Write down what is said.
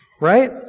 right